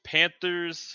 Panthers